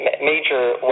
major